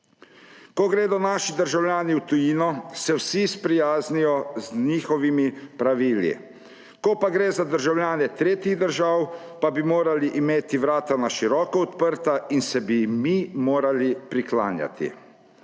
Ko gredo naši državljani v tujino, se vsi sprijaznijo z njihovimi pravili, ko pa gre za državljane tretjih držav, pa bi morali imeti vrata na široko odprta in bi se jim mi morali priklanjati.